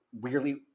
Weirdly